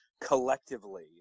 collectively